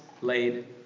laid